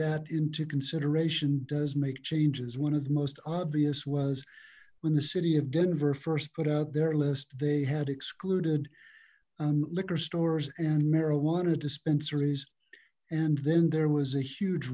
that into consideration does make changes one of the most obvious was when the city of denver first put out their list they had excluded liquor stores and marijuana dispensaries and then there was a huge